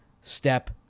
step